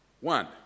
One